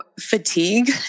fatigue